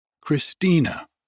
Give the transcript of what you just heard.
Christina